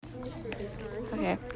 okay